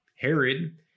Herod